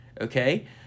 Okay